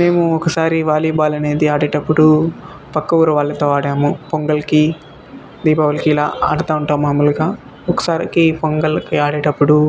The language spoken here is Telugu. మేము ఒకసారి వాలీబాల్ అనేది ఆడేటప్పుడు పక్క ఊరి వాళ్లతో ఆడాము పొంగల్కి దీపావళికి ఇలా ఆడతా ఉంటాం మాములుగా ఒకసారికి పొంగల్కి ఆడేటప్పుడు